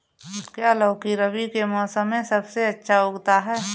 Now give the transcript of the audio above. क्या लौकी रबी के मौसम में सबसे अच्छा उगता है?